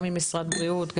גם ממשרד בריאות,